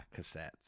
cassettes